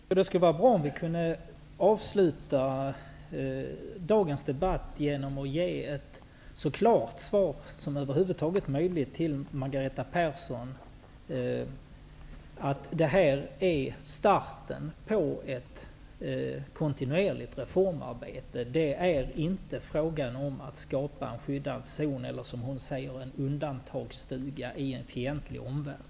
Herr talman! Det skulle vara bra om vi kunde avsluta dagens debatt med ett så klart besked som över huvud taget är möjligt till Margareta Persson, nämligen att detta är starten på ett kontinuerligt reformarbete och att det inte är fråga om att skapa en skyddad zon, eller, som det sagts, en undantagsstuga i en fientlig omvärld.